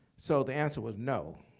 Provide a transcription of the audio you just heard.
so the answer was no.